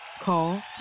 Call